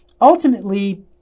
Ultimately